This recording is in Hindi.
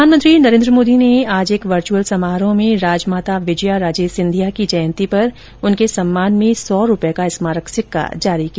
प्रधानमंत्री नरेन्द्र मोदी ने आज एक वर्च्यअल समारोह में राजमाता विजया राजे सिंधिया की जयंती पर उनके सम्मान में सौ रूपए का स्मारक सिक्का जारी किया